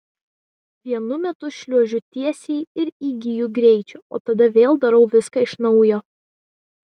vienu metu šliuožiu tiesiai ir įgyju greičio o tada vėl darau viską iš naujo